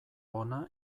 ona